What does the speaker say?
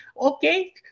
Okay